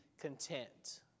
content